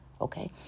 Okay